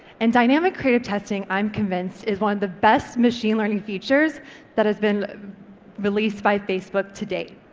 and dynamic creative testing, i'm convinced, is one of the best machine learning features that has been released by facebook today.